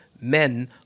men